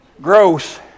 Gross